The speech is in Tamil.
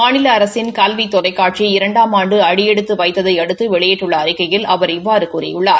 மாநில அரசின் கல்வி தொலைக்காட்சி இரண்டாம் ஆண்டு அடியெடுத்து வைத்ததை அடுத்து வெளியிட்டுள்ள அறிக்கையில் அவர் இவ்வாறு கூறியுள்ளார்